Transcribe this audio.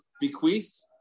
bequeath